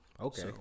Okay